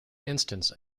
instance